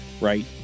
right